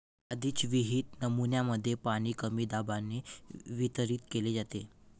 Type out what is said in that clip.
आधीच विहित नमुन्यांमध्ये पाणी कमी दाबाने वितरित केले जाते